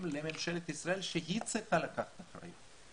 לממשלת ישראל שהיא צריכה לקחת אחריות.